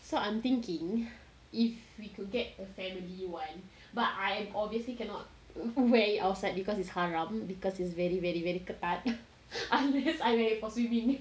so I'm thinking if we could get a family one but I am obviously cannot wear it outside because it's haram because it's very very very ketat unless I wear it for swimming